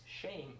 shame